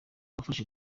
wafashe